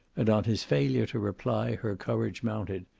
and on his failure to reply her courage mounted.